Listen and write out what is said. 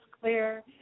clear